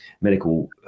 medical